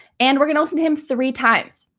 and we're gonna listen to him three times.